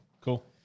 Cool